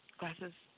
glasses